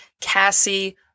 Cassie